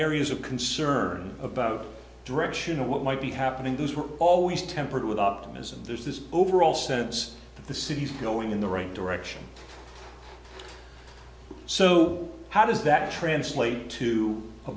areas of concern about direction of what might be happening those were always tempered with up ms and there's this overall sense that the city's going in the right direction so how does that translate to a